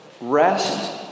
Rest